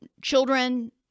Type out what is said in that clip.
Children